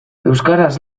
euskaraz